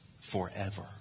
forever